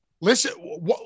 Listen